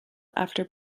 after